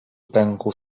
pękł